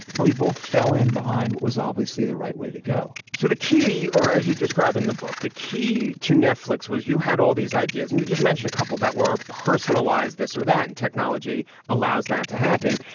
and we both fell in behind what was obviously the right way to go so the key or as you describe in the book the key to netflix was you had all these ideas and you just mentioned a couple that were personalize this or that and technology allows that to happen.